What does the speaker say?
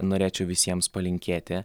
norėčiau visiems palinkėti